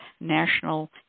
National